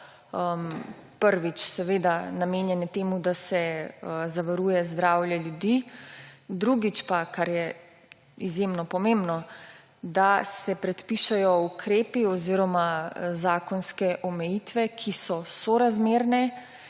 prvič, namenjene temu, da se zavaruje zdravje ljudi, drugič pa, kar je izjemno pomembno, da se predpišejo ukrepi oziroma zakonske omejitve, ki so sorazmerne,